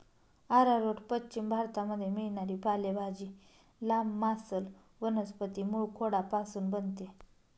arrowroot पश्चिम भारतामध्ये मिळणारी पालेभाजी, लांब, मांसल वनस्पती मूळखोडापासून बनते